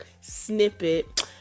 snippet